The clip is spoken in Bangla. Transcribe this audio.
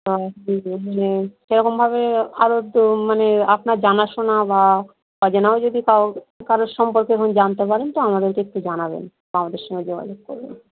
সেরকমভাবে আরো কেউ মানে আপনার জানাশোনা বা অজানাও যদি কারো কারো সম্পর্কে এরকম জানতে পারেন তো আমাদেরকে একটু জানাবেন আমাদের সঙ্গে যোগাযোগ করবেন